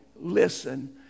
listen